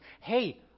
hey